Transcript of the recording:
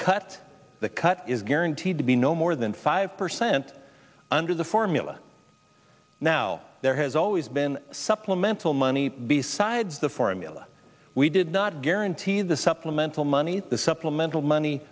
cut the cut is guaranteed to be no more than five percent under the formula now there has always been supplemental money besides the formula we did not guarantee the supplemental monies the supplemental money